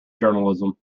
journalism